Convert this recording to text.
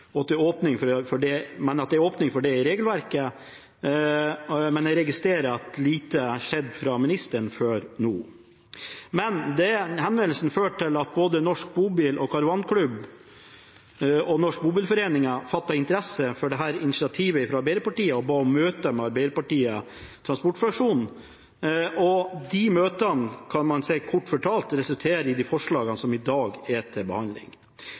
og at det er åpning for det i regelverket. Men jeg registrerer at lite har skjedd fra ministerens side før nå. Men denne hendelsen førte til at både Norsk Bobil og Caravan Club og Norsk Bobilforening fattet interesse for dette initiativet fra Arbeiderpartiet og ba om møter med Arbeiderpartiets transportfraksjon. De møtene kan man kort fortalt si resulterte i de forslagene som i dag er til behandling.